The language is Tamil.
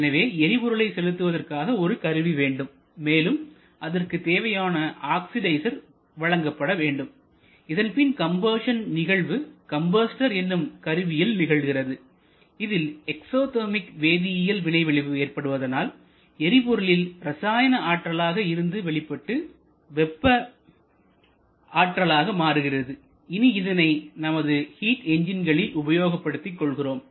எனவே எரிபொருளை செலுத்துவதற்கான ஒரு கருவி வேண்டும் மேலும் அதற்கு தேவையான ஆக்சிடைசர் வழங்கப்பட வேண்டும் இதன்பின் கம்பஷன் நிகழ்வு கம்பஸ்டர் என்னும் கருவிகள் நிகழ்கிறது இதில் எக்ஸோதேர்மிக் வேதியியல் வினைவிளைவு ஏற்படுவதனால் எரிபொருளில் ரசாயன ஆற்றலாக இருந்தது வெளிப்பட்டு வெப்ப ஆற்றலாக மாறுகிறது இனி இதனை நமது ஹிட் என்ஜின்களில் உபயோகப்படுத்திக் கொள்கிறோம்